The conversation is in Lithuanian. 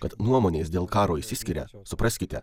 kad nuomonės dėl karo išsiskiria supraskite